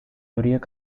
horiek